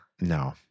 No